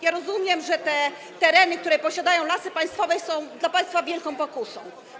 Ja rozumiem, że te tereny, które posiadają Lasy Państwowe, są dla państwa wielką pokusą.